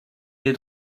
les